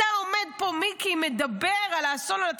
בן גביר, שגם לעסקה בנובמבר